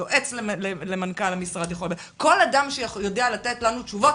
יועץ למנכ"ל המשרד כל אדם שיודע לתת לנו תשובות